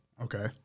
Okay